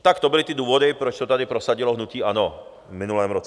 Tak to byly ty důvody, proč to tady prosadilo hnutí ANO v minulém roce.